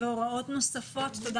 והוראות נוספות) (תיקון מס' 3), התשפ"ב-2021.